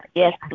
yes